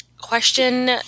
question